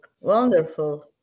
wonderful